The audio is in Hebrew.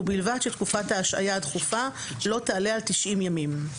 ובלבד שתקופת ההשעיה הדחופה לא תעלה על 90 ימים."